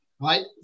Right